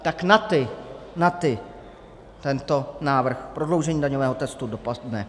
Tak na ty tento návrh prodloužení daňového testu dopadne.